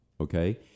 Okay